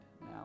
now